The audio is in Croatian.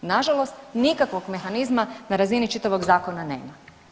Na žalost nikakvog mehanizma na razini čitavog zakona nema.